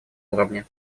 уровне